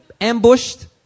ambushed